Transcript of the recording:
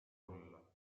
olla